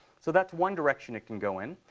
so that's one direction it can go in.